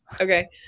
Okay